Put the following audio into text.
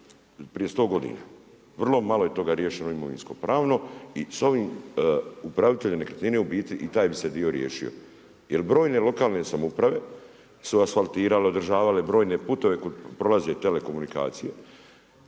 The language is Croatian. prije 100 godina. vrlo malo je toga riješeno imovinsko-pravno i s ovim upraviteljem nekretnine i taj bi se dio riješio. Jer brojne lokalne samouprave su asfaltirale, održavale brojne puteve kud prolaze telekomunikacije,